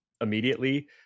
immediately